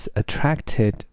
attracted